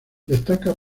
destaca